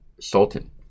sultan